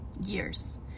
years